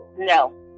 No